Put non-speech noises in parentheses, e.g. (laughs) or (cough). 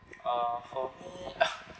uh for me (laughs)